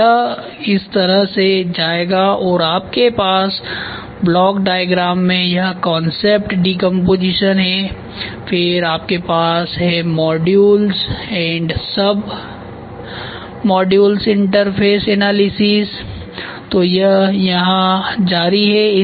तो यह इस तरह से जाएगा और आपके पास ब्लॉक डायग्राम में यह कांसेप्ट डिकम्पोजिशन है फिर आपके पास है modules and submodules interface analysis तो यह यहाँ जारी है